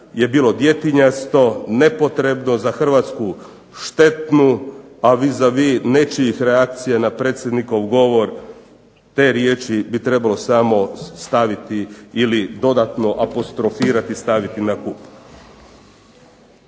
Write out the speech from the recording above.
je bilo djetinjasto, nepotrebno za Hrvatsku štetno a vis a vis nečijih reakcija na predsjednikov govor te riječi bi trebalo samo staviti ili dodatno apostrofirati i staviti na kup.